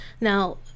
Now